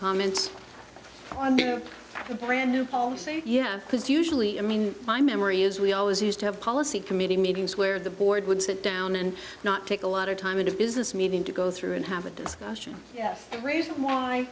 comments on a brand new poll say yes because usually i mean my memory is we always used to have policy committee meetings where the board would sit down and not take a lot of time and a business meeting to go through and have a discussion yes the reason why